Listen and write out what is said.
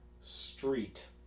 Street